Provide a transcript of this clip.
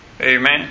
Amen